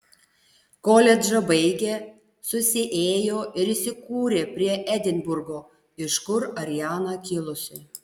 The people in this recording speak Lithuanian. koledžą baigę susiėjo ir įsikūrė prie edinburgo iš kur ariana kilusi